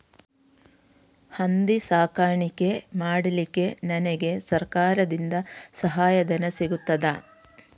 ಹಂದಿ ಸಾಕಾಣಿಕೆ ಮಾಡಲಿಕ್ಕೆ ನನಗೆ ಸರಕಾರದಿಂದ ಸಹಾಯಧನ ಸಿಗುತ್ತದಾ?